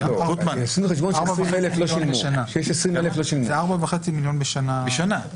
זה 4.5 מיליון בכל שנה.